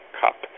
cup